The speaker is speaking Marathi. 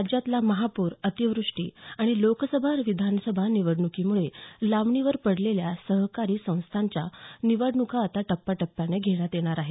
राज्यातला महापूर अतिवृष्टी आणि लोकसभा विधानसभा निवडण्कीमुळे लांबणीवर पडलेल्या सहकारी संस्थांच्या निवडणुका आता टप्याटप्यानं घेण्यात येणार आहेत